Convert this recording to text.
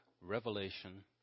Revelation